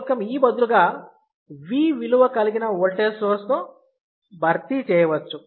మూలకం E బదులుగా V విలువ కలిగిన ఓల్టేజ్ సోర్స్ తో భర్తీ చేయవచ్చు